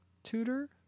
Tutor